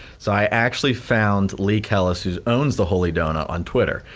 so i actually found leigh kellis who owns the holy donut on twitter,